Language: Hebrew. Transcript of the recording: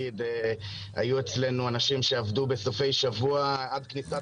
היו אצלנו אנשים שעבדו בסופי שבוע עד כניסת